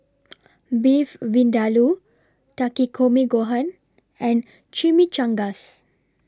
Beef Vindaloo Takikomi Gohan and Chimichangas